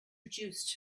produced